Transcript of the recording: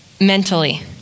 mentally